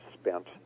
spent